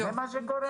זה מה שקורה.